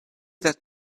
that